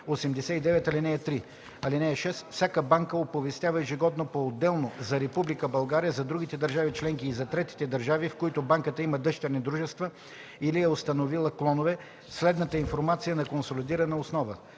89, ал. 3. (6) Всяка банка оповестява ежегодно, поотделно за Република България, за другите държави членки и за третите държави, в които банката има дъщерни дружества или е установила клонове, следната информация на консолидирана основа: